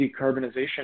decarbonization